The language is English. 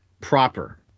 proper